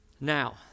Now